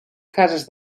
cases